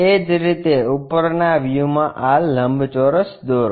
એ જ રીતે ઉપરના વ્યૂમાં આ લંબચોરસ દોરો